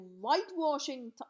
whitewashing